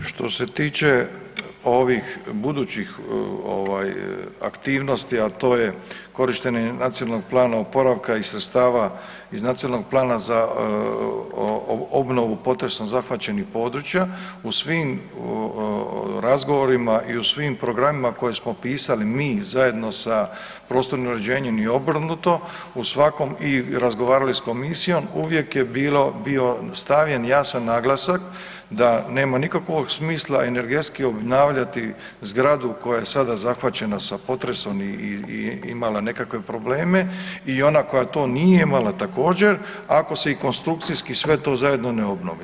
Što se tiče ovih budućih aktivnosti a to je korištenje Nacionalnog plana oporavka iz sredstava iz Nacionalnog plana za obnovu potresom zahvaćenih područja, u svim razgovorima i u svim programima koje smo pisali mi zajedno sa prostornim uređenjem i obrnuto, u svakom i razgovarali s komisijom, uvijek je bio stavljen jasan naglasak da nema nikakvog smisla energetski obnavljati zgradu koja se sada zahvaćena sa potresom i imala nekakve probleme i ona koja to nije imala također, ako se i konstrukcijski sve to zajedno ne obnovi.